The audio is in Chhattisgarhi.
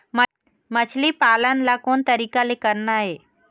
मछली पालन ला कोन तरीका ले करना ये?